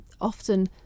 Often